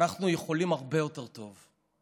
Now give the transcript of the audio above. אנחנו יכולים הרבה יותר טוב.